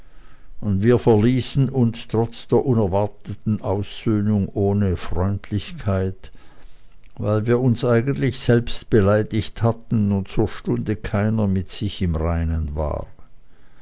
und wir verließen uns trotz der unerwarteten aussöhnung ohne freundlichkeit weil wir uns eigentlich selbst beleidigt hatten und zur stunde keiner mit sich im reinen war